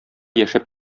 яшәп